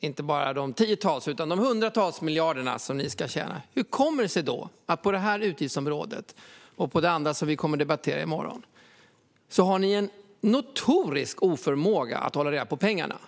inte bara tiotals utan hundratals miljarder som ni ska spara in, hur kommer det sig att ni på det här utgiftsområdet och på det som vi kommer att debattera i morgon har en sådan notorisk oförmåga att hålla reda på pengarna?